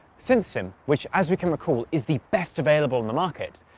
scintsim, which as we can recall is the best available on the market,